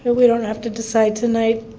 we don't have to decide tonight.